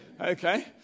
Okay